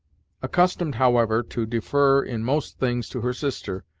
accustomed, however, to defer in most things to her sister,